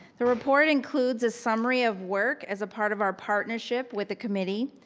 the report includes a summary of work as a part of our partnership with the committee,